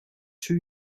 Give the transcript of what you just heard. two